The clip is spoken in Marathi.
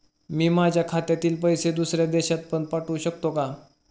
मी माझ्या खात्यातील पैसे दुसऱ्या देशात पण पाठवू शकतो का?